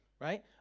right